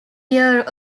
year